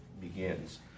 begins